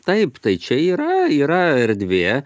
taip tai čia yra yra erdvė